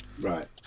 Right